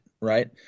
right